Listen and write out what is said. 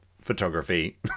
photography